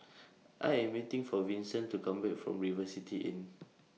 I Am waiting For Vinson to Come Back from River City Inn